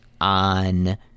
on